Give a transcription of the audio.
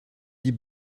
die